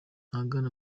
ahagana